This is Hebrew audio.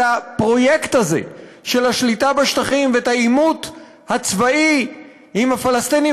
את הפרויקט הזה של השליטה בשטחים ואת העימות הצבאי עם הפלסטינים